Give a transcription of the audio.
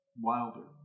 wilder